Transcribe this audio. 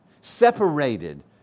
Separated